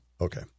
Okay